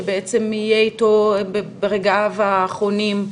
שבעצם יהיה איתו ברגעיו האחרונים,